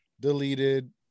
Deleted